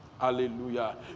Hallelujah